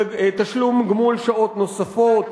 תשלום גמול שעות נוספות,